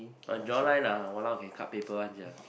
her jawline ah !walao! can cut paper one sia